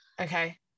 Okay